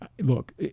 Look